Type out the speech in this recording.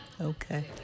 Okay